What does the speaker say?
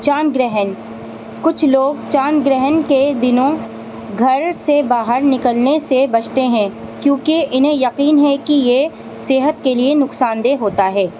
چاند گرہن کچھ لوگ چاند گرہن کے دنوں گھر سے باہر نکلنے سے بچتے ہیں کیونکہ انہیں یقین ہے کہ یہ صحت کے لیے نقصان دہ ہوتا ہے